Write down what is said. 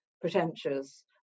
pretentious